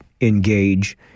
engage